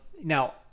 Now